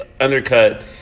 undercut